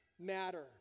matter